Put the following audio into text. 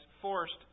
forced